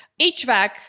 HVAC